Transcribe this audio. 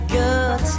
good